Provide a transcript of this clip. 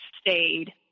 stayed